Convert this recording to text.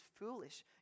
foolish